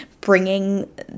bringing